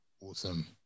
Awesome